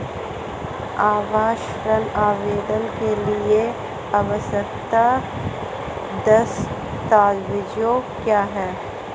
आवास ऋण आवेदन के लिए आवश्यक दस्तावेज़ क्या हैं?